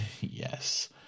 Yes